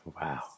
Wow